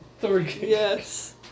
Yes